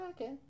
Okay